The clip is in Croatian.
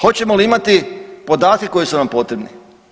Hoćemo li imati podatke koji su nam potrebni?